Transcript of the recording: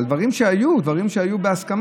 אבל דברים שהיו בהסכמה,